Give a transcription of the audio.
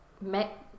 met